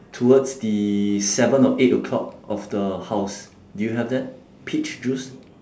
towards the seven or eight o'clock of the house do you have that peach juice